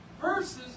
versus